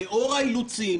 לאור האילוצים,